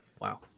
Wow